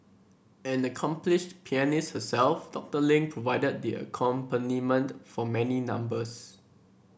an accomplished pianist herself Doctor Ling provided the accompaniment for many numbers